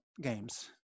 games